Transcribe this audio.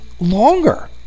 longer